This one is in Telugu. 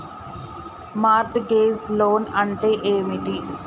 మార్ట్ గేజ్ లోన్ అంటే ఏమిటి?